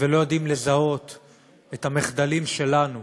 ולא יודעים לזהות את המחדלים שלנו,